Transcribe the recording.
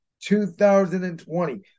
2020